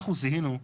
אנחנו זיהינו,